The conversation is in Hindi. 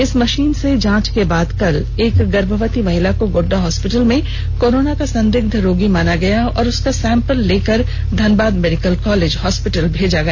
इस मशीन से जांच के बाद कल एक गर्भवती महिला को गोड्डा हॉस्पिटल में कोरोना का संदिग्ध रोगी माना गया और उसका सैंपल लेकर धनबाद मेडिकल कॉलेज हॉस्पिटल भेजा गया